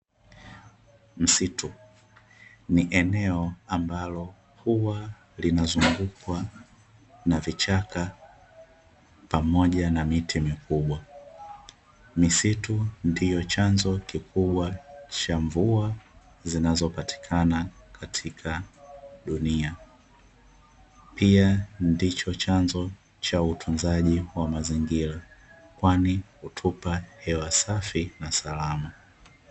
Msitu ni eneo ambalo huwa linazungukwa na vichaka pamoja na miti mikubwa. Misitu ndio chanzo kikubwa cha mvua zinazopatikana katika dunia, pia ndio chanzo cha utunzaji wa mazingira ,kwani hutupa hewa safi na salama.